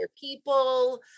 people